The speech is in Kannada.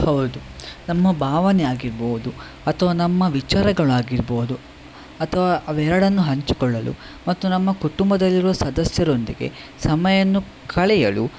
ಹೌದು ನಮ್ಮ ಭಾವನೆ ಆಗಿರ್ಬೋದು ಅಥ್ವಾ ನಮ್ಮ ವಿಚಾರಗಳು ಆಗಿರ್ಬೋದು ಅಥ್ವಾ ಅವೆರಡನ್ನೂ ಹಂಚಿಕೊಳ್ಳಲು ಮತ್ತು ನಮ್ಮ ಕುಟುಂಬದಲ್ಲಿರುವ ಸದ್ಯಸರೊಂದಿಗೆ ಸಮಯವನ್ನು ಕಲಿಯಲು